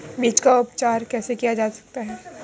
बीज का उपचार कैसे किया जा सकता है?